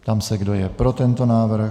Ptám se, kdo je pro tento návrh.